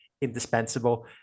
indispensable